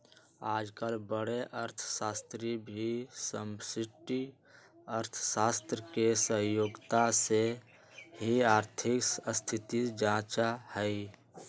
आजकल बडे अर्थशास्त्री भी समष्टि अर्थशास्त्र के सहायता से ही आर्थिक स्थिति जांचा हई